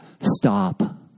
stop